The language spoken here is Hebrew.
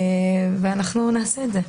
ואנחנו נעשה את זה.